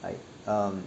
like um